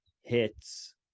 hits